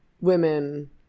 women